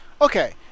Okay